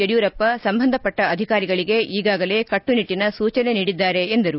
ಯಡಿಯೂರಪ್ಪ ಸಂಬಂಧಪಟ್ಟ ಅಧಿಕಾರಿಗಳಿಗೆ ಈಗಾಗಲೇ ಕಟ್ಟುನಿಟ್ಟನ ಸೂಚನೆ ನೀಡಿದ್ದಾರೆ ಎಂದರು